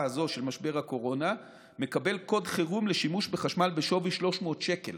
הזאת של משבר הקורונה מקבל קוד חירום לשימוש בחשמל בשווי 300 שקל